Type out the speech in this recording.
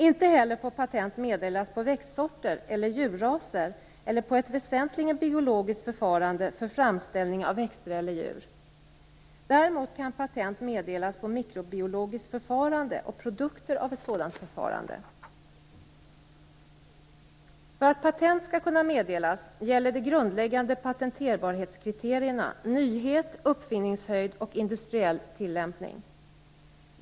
Inte heller får patent meddelas på växtsorter eller djurraser eller på ett väsentligen biologiskt förfarande för framställning av växter eller djur. Däremot kan patent meddelas på mikrobiologiskt förfarande och produkter av ett sådant förfarande. För att patent skall kunna meddelas gäller de grundläggande patenterbarhetskriterierna nyhet, uppfinningshöjd och industriell tillämpning.